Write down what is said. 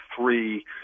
three